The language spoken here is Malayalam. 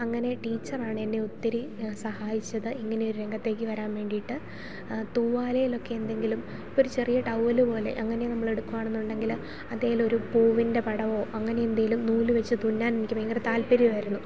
അങ്ങനെ ടീച്ചറാണ് എന്നെ ഒത്തിരി സഹായിച്ചത് ഇങ്ങനെ ഒരു രംഗത്തേക്ക് വരാൻ വേണ്ടിയിട്ട് തൂവാലയിലൊക്കെ എന്തെങ്കിലും ഇപ്പം ഒരു ചെറിയ ടൗവ്വല് പോലെ അങ്ങനെ നമ്മൾ എടുക്കുവാണെന്നുണ്ടെങ്കിൽ അതിൽ ഒരു പൂവിൻ്റെ പടമോ അങ്ങനെ എന്തെങ്കിലും നൂല് വച്ചു തുന്നാൻ എനിക്ക് ഭയങ്കര താല്പര്യമായിരുന്നു